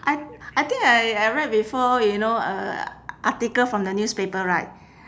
I I think I I read before you know a article from the newspaper right